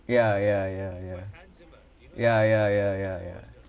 ya ya ya ya ya ya ya ya ya